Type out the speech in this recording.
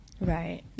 Right